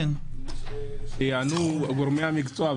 אני מבקש שיענו גורמי המקצוע,